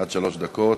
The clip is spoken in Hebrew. עד שלוש דקות.